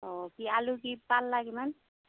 অঁ কি আলুৰ কি পাল্লা কিমান